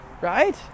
Right